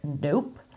nope